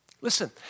Listen